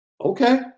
Okay